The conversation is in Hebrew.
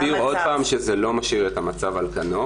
אני מסביר עוד פעם, שזה לא משאיר את המצב על כנו.